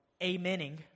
amening